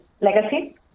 legacy